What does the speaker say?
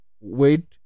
wait